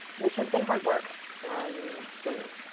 which has been hard work for me.